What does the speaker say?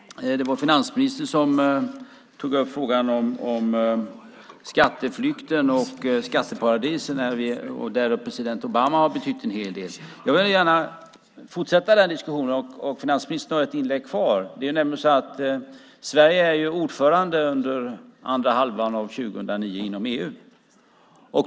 Finansministern tog upp frågan om skatteflykten och skatteparadisen, en fråga där president Obama har betytt en hel del. Jag vill gärna fortsätta den diskussionen. Sverige är ju ordförande i EU under andra halvan av 2009.